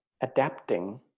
adapting